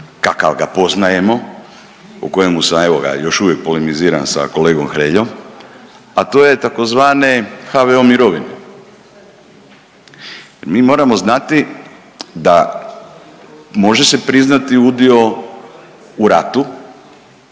kakav ga poznajemo, o kojemu sam evo ga još uvijek polemiziram sa kolegom Hreljom, a to je tzv. HVO mirovine. Mi moramo znati da može se priznati udio u ratu,